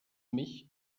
mich